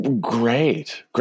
Great